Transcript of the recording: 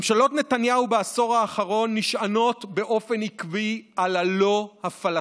ממשלות נתניהו בעשור האחרון נשענות באופן עקבי על ה"לא" הפלסטיני,